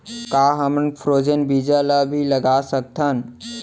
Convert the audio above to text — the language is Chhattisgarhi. का हमन फ्रोजेन बीज ला भी लगा सकथन?